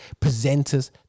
presenters